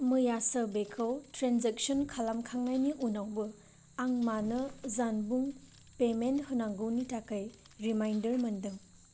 मैयासो बेखौ ट्रेन्जेकसन खालामखांनायनि उनावबो आं मानो जानबुं पेमेन्ट होनांगौनि थाखाय रिमाइन्डार मोनदों